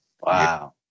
wow